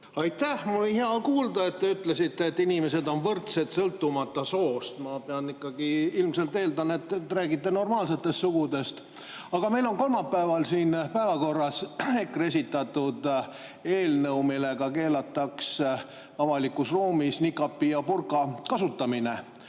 Aitäh! Mul on hea kuulda, et te ütlesite, et inimesed on võrdsed, sõltumata soost. Ma ikkagi eeldan, et te räägite normaalsetest sugudest. Aga meil on kolmapäeval päevakorras EKRE esitatud eelnõu, millega keelatakse avalikus ruumis nikaabi ja burka kasutamine.